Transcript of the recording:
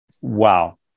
wow